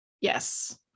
Yes